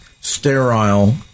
sterile